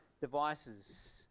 devices